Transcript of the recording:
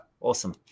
Awesome